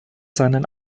seinen